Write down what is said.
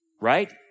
Right